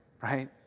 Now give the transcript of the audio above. Right